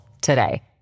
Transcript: today